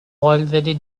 already